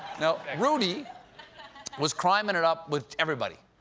now, rudy was criming it up with everybody,